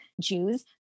Jews